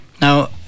Now